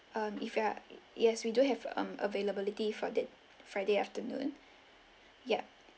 um if you are yes we do have um availability for that friday afternoon yup